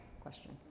question